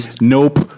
nope